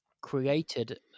created